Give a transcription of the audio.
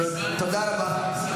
התשובה נמצאת אצל שר העבודה.